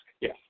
Yes